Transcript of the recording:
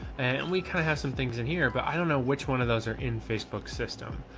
and we kind of have some things in here, but i don't know which one of those are in facebook system.